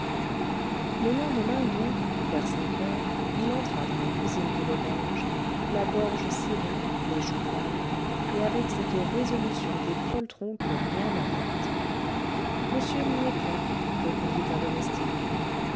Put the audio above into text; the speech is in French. le lendemain donc vers cinq heures il entra dans la cuisine de l'auberge la gorge serrée les joues pâles et avec cette résolution des poltrons que rien n'arrête monsieur n'y est point répondit un domestique